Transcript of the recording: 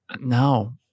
No